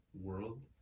world